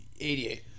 88